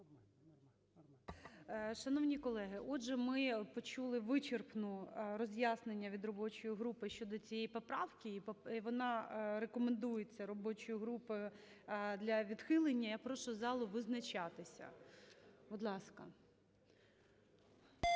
Шановні колеги, отже, ми почули вичерпне роз'яснення від робочої групи щодо цієї поправки, і вона рекомендується робочою групою для відхилення. Я прошу залу визначатися, будь ласка.